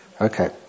Okay